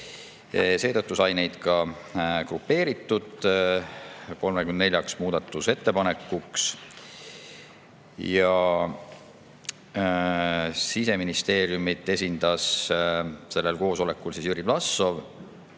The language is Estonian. Seetõttu sai need grupeeritud 34 muudatusettepanekuks. Siseministeeriumi esindas sellel koosolekul Jüri Vlassov,